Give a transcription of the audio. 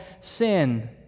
sin